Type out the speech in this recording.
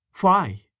Why